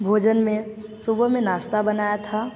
भोजन में सुबह में नाश्ता बनाया था